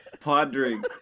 pondering